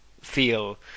feel